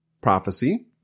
prophecy